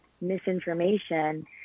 misinformation